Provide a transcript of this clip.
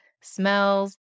smells